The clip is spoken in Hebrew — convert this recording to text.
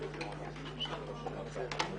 בוקר טוב.